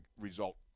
result